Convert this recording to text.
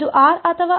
ಇದು ಆರ್ ಅಥವಾ